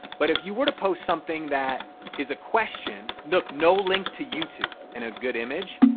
but if you were to post something that is a question. look, no link to youtube and a good image,